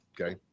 Okay